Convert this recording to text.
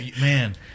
man